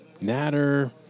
Natter